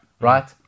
Right